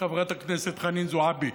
חברת הכנסת חנין זועבי.